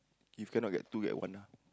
if cannot get two get one ah